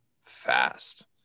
fast